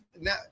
now